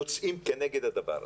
יוצאים כנגד הדבר הזה.